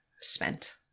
spent